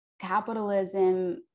capitalism